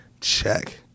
check